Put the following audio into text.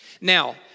Now